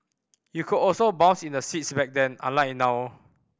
you could also bounce in the seats back then unlike now